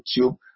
YouTube